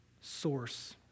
source